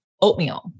oatmeal